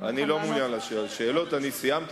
אני אאפשר לך לשאול שאלה.